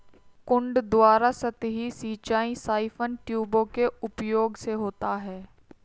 कुंड द्वारा सतही सिंचाई साइफन ट्यूबों के उपयोग से होता है